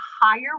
higher